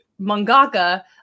mangaka